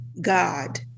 God